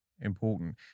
important